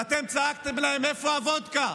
ואתם צעקתם להם: איפה הוודקה?